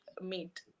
meet